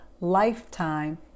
lifetime